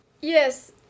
Yes